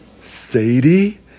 Sadie